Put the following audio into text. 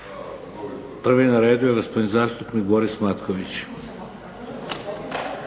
Prvi na redu je gospodin zastupnik Boris Matković.